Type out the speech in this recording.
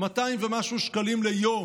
200 ומשהו שקלים ליום?